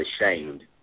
ashamed